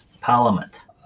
Parliament